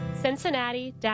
Cincinnati